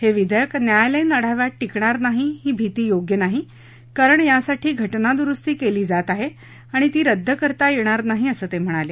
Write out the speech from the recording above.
हे विधेयक न्यायालयीन आढाव्यात टिकणार नाहीत ही भिती योग्य नाही कारण यासाठी घटना दुरुस्ती केली जात आहे आणि ती रद्द करता येणार नाही असं ते म्हणाले